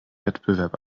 wettbewerb